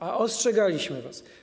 A ostrzegaliśmy was.